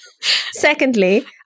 secondly